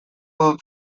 dut